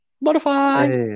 Modify